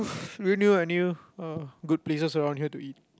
I knew uh good places around here to eat